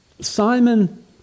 Simon